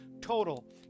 total